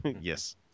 Yes